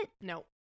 No